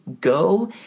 go